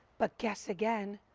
but guess again,